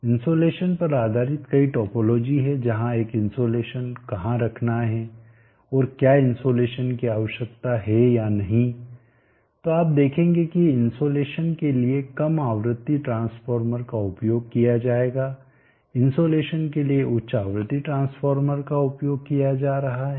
insolation पर आधारित कई टोपोलॉजी हैं जहां एक इन्सोलेशन कहा रखना है और क्या इन्सोलेशन की आवश्यकता है या नहीं तो आप देखेंगे की इन्सोलेशन के लिए कम आवृत्ति ट्रांसफार्मर का उपयोग किया जाएगा इन्सोलेशन के लिए उच्च आवृत्ति ट्रांसफार्मर का उपयोग किया जा रहा है